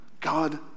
God